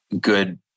good